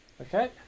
Okay